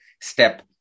step